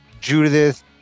Judith